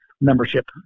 membership